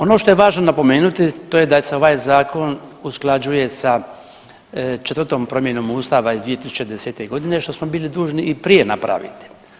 Ono što je važno napomenuti to je da se ovaj zakon usklađuje s četvrtom promjenom Ustava iz 2010.g. što smo bili dužni i prije napraviti.